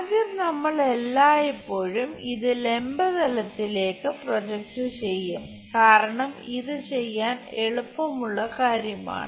ആദ്യം നമ്മൾ എല്ലായ്പ്പോഴും ഇത് ലംബ തലത്തിലേക്ക് പ്രൊജക്റ്റ് ചെയ്യും കാരണം ഇത് ചെയ്യാൻ എളുപ്പമുള്ള കാര്യമാണ്